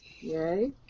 Yay